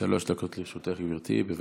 דקות לרשותך, גברתי, בבקשה.